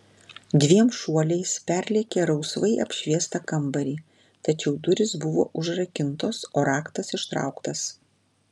dviem šuoliais perlėkė rausvai apšviestą kambarį tačiau durys buvo užrakintos o raktas ištrauktas